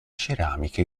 ceramiche